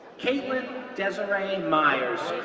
caitlin desiree myers,